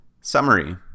Summary